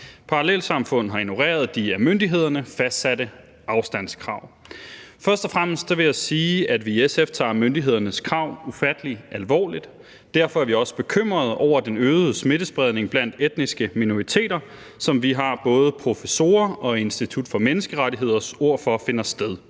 Parallelsamfund har ignoreret de af myndighederne fastsatte afstandskrav. Først og fremmest vil jeg sige, at vi i SF tager myndighedernes krav ufattelig alvorligt. Derfor er vi også bekymrede over den øgede smittespredning blandt etniske minoriteter, som vi har både professorers og Institut for Menneskerettigheders ord for finder sted.